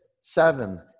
seven